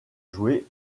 jouer